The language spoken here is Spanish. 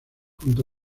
junto